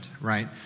right